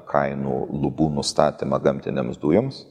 kainų lubų nustatymą gamtinėms dujoms